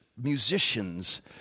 musicians